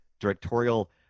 directorial